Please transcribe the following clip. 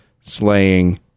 slaying